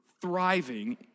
thriving